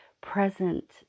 present